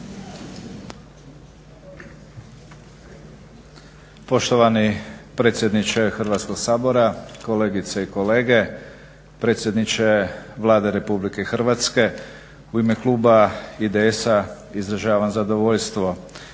Poštovani predsjedniče Hrvatskog sabora, kolegice i kolega, predsjedniče Vlade RH u ime kluba IDS-a izražavam zadovoljstvo